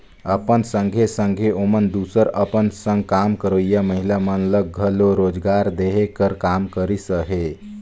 अपन संघे संघे ओमन दूसर अपन संग काम करोइया महिला मन ल घलो रोजगार देहे कर काम करिस अहे